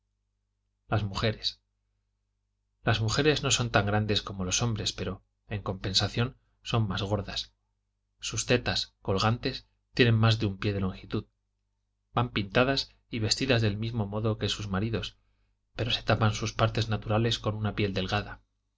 las mujeres las mujeres no son tan grandes como los hombres pero en compensación son más gordas sus tetas colgantes tienen más de un pie de longitud van pintadas y vestidas del mismo modo que sus maridos pero se tapan sus partes naturales con una piel delgada